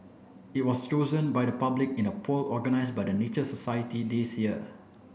it was chosen by the public in a poll organised by the Nature Society this year